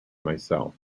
myself